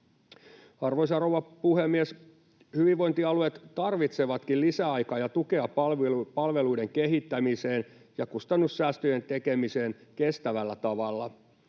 Arvoisa rouva puhemies! Hyvinvointialueet tarvitsevatkin lisäaikaa ja tukea palveluiden kehittämiseen ja kustannussäästöjen tekemiseen kestävällä tavalla.